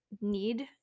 need